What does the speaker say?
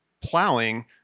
plowing